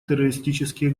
террористические